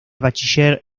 bachiller